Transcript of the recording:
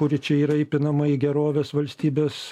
kuri čia yra įpinama į gerovės valstybės